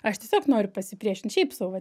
aš tiesiog noriu pasipriešint šiaip sau vat